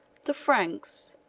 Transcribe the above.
the franks,